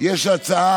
יחזירו בחזרה, יש הצעה,